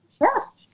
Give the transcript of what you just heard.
Yes